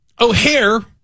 O'Hare